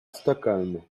stockholm